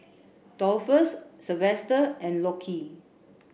Dolphus Silvester and Lockie